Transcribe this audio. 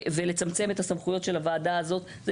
ולצמצם את הסמכויות של הוועדה הזאת זה